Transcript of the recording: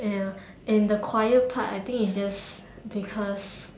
ya and the quiet part I think it's just because